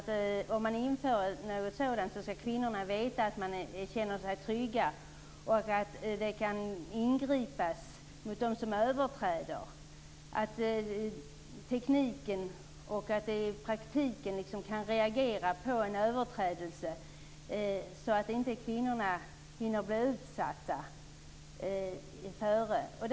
Om man inför något sådant här skall kvinnorna veta att de kan känna sig trygga och att det kan bli ingripanden mot dem som överträder. Tekniken skall i praktiken kunna reagera på en överträdelse så att inte kvinnorna hinner bli utsatta dessförinnan.